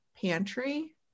pantry